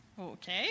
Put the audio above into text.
Okay